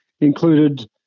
included